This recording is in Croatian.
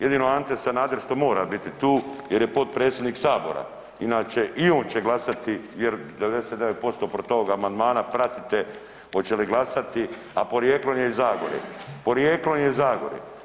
Jedino Ante Sanader što mora biti tu jer je potpredsjednik sabora inače i on će glasati 99% protiv ovog amandmana, pratite oće li glasati, a porijeklom je iz zagore, porijeklom je iz zagore.